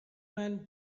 man